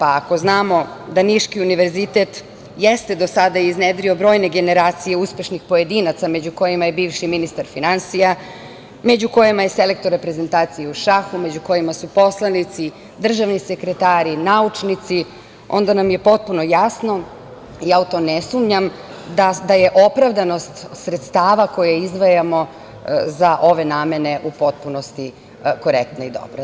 Ako znamo da niški univerzitet jeste do sada iznedrio brojne generacije uspešnih pojedinaca, među kojima je i bivši ministar finansija, među kojima je selektor reprezentacije u šahu, među kojima su poslanici, državni sekretari, naučnici, onda nam je potpuno jasno, ja u to ne sumnjam, da je opravdanost sredstava koje izdvajamo za ove namene u potpunosti korektna i dobra.